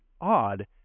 odd